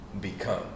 become